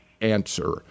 answer